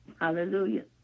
Hallelujah